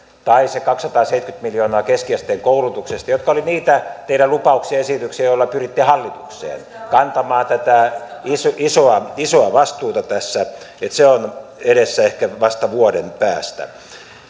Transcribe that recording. tai se kaksisataaseitsemänkymmentä miljoonaa keskiasteen koulutuksesta jotka olivat niitä teidän lupauksianne esityksiänne joilla pyritte hallitukseen kantamaan tätä isoa isoa vastuuta tässä mutta tämä on edessä ehkä vasta vuoden päästä